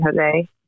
Jose